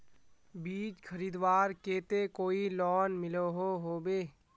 बीज खरीदवार केते कोई लोन मिलोहो होबे?